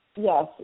Yes